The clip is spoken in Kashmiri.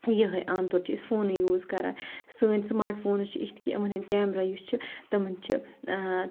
یِہٕے عام طور چھِ أسۍ فونٕے یوٗز کَران سٲنۍ سماٹ فونٕز چھِ اِتھ کہِ یِمَن ہٕندۍ کیمرہ یُس چھِ تِمَن چھِ